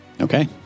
Okay